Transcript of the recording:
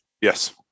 Yes